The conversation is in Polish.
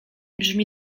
brzmi